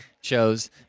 shows